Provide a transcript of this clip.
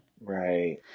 Right